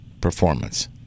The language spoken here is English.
performance